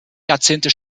jahrzehnte